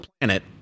planet